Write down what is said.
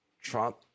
Trump